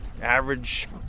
average